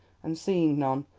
and, seeing none,